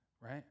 right